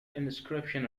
inscription